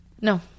No